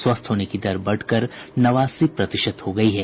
स्वस्थ होने की दर बढ़कर नवासी प्रतिशत हो गयी है